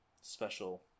special